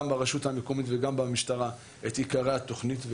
ברשות המקומית וגם במשטרה את עיקרי התוכנית,